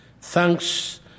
thanks